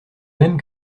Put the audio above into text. même